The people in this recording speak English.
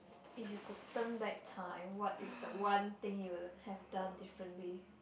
if you could turn back time what is the one thing you would have done differently